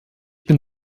bin